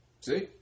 See